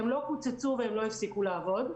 הן לא קוצצו והן לא הפסיקו לעבוד.